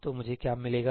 तो मुझे क्या मिलेगा